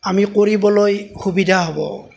আমি কৰিবলৈ সুবিধা হ'ব